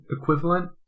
equivalent